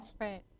right